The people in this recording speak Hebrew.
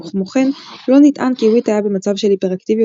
וכמו כן לא נטען כי וויט היה במצב של היפראקטיביות